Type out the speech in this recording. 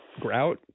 grout